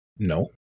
no